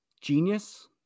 genius